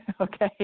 okay